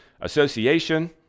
association